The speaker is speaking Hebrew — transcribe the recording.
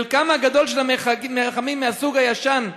חלקם הגדול של המיחמים מהסוג הישן,